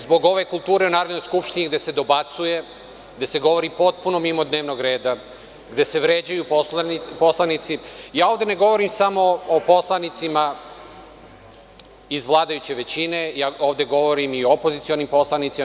Zbog ove kulture u Narodnoj skupštini gde se dobacuje, gde se govori potpuno mimo dnevnog reda, gde se vređaju poslanici, ne govorim ovde samo o poslanicima iz vladajuće većine, ovde govorim i o opozicionim poslanicima.